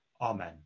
Amen